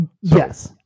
Yes